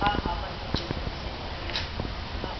हा हा पंज किलो जेमिनीअ जो हा